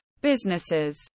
Businesses